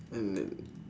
and then